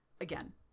again